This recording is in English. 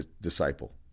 disciple